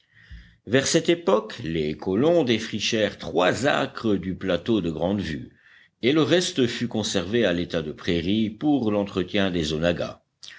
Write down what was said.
vers cette époque les colons défrichèrent trois acres du plateau de grande vue et le reste fut conservé à l'état de prairies pour l'entretien des